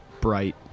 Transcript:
bright